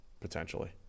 potentially